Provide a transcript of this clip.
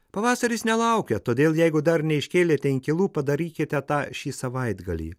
pavasaris nelaukia todėl jeigu dar neiškėlėte inkilų padarykite tą šį savaitgalį